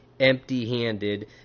empty-handed